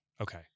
Okay